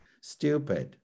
Stupid